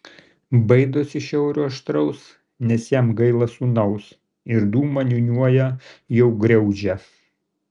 baidosi šiaurio aštraus nes jam gaila sūnaus ir dūmą niūniuoja jau griaudžią